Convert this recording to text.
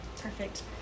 perfect